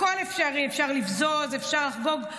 הכול אפשרי, אפשר לבזוז, אפשר לחגוג.